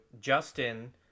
Justin